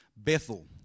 Bethel